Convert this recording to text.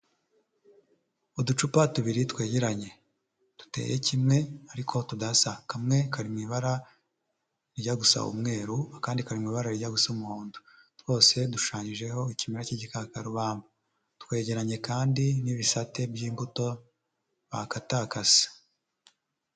Uducupa tubiri twegeranye, duteye kimwe ariko tudasa. Kamwe kari mu ibara rijya gusa umweru akandi kari mu ibara rijya gusa umuhondo. Twose dushushanyijeho ikimera cy'igikakarubamba, twegeranye kandi n'ibisate by'imbuto bakatakase.